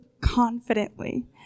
confidently